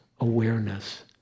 awareness